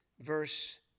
verse